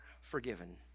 forgiven